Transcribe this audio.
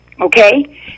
Okay